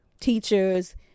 teachers